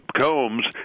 Combs